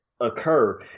occur